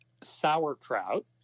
sauerkraut